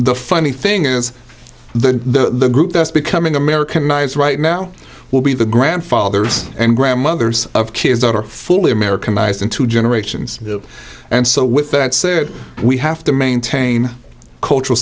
the funny thing is the group that's becoming americanize right now will be the grandfathers and grandmothers of kids that are fully americanised in two generations and so with that said we have to maintain cultural